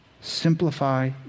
Simplify